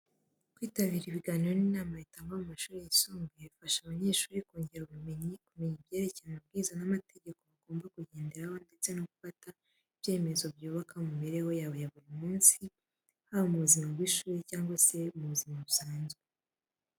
Kwitabira ibiganiro n'inama bitangwa mu mashuri yisumbuye bifasha abanyeshuri kongera ubumenyi, kumenya ibyerekeye amabwiriza n'amategeko bagomba kugenderaho ndetse no gufata ibyemezo byubaka mu mibereho yabo ya buri munsi, haba mu buzima bw'ishuri cyangwa se ubuzima busanzwe.